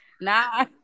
nah